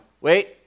wait